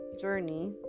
journey